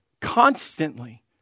constantly